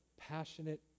passionate